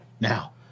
Now